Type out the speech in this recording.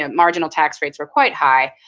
ah marginal tax rates were quite high.